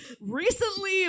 recently